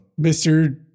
Mr